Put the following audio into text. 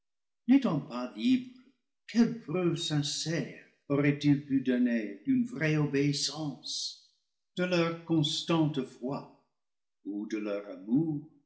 quelle preuve sincère auraient-ils pu donner d'une vraie obéissance de leur constante foi ou de leur amour